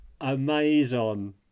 Amazon